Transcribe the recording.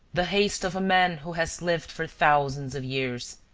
the haste of a man who has lived for thousands of years.